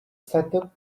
setup